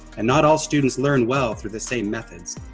and not all students learn well through the same methods.